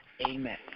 Amen